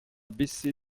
baisser